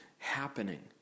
happening